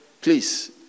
Please